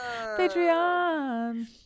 patreon